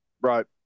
Right